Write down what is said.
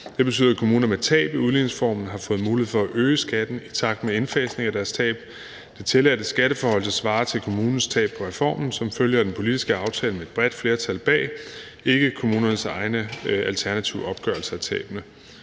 Det betyder, at kommuner med tab på udligningsreformen har fået mulighed for at øge skatten i takt med indfasningen af deres tab. Den tilladte skatteforhøjelse svarer til kommunens tab på reformen som følge af den politiske aftale med et bredt flertal bag, ikke kommunernes egne alternative opgørelser af tabene.